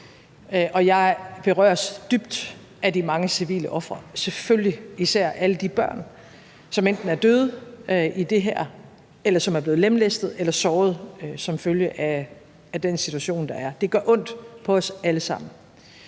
jeg berøres dybt af de mange civile ofre, selvfølgelig, især alle de børn, som enten er døde i det her, eller som er blevet lemlæstet eller såret som følge af den situation, der er. Det gør ondt på os alle sammen.